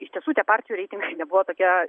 iš tiesų tie partijų reitingai nebuvo tokie